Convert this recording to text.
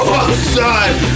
outside